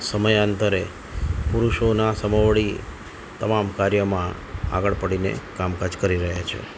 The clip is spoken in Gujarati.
સમયાંતરે પુરુષોના સમોવડી તમામ કાર્યોમાં આગળ પડીને કામકાજ કરી રહ્યા છે